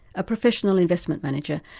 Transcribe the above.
a professional investment manager,